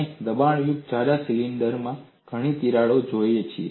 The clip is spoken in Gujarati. આપણે દબાણયુક્ત જાડા સિલિન્ડર માં ઘણી તિરાડો જોઈ છે